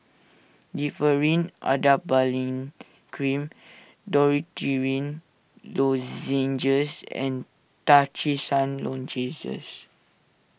Differin Adapalene Cream Dorithricin Lozenges and Trachisan Lozenges